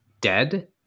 dead